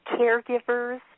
caregivers